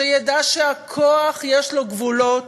שידע שהכוח, יש לו גבולות,